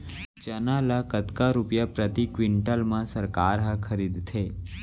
चना ल कतका रुपिया प्रति क्विंटल म सरकार ह खरीदथे?